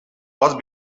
pot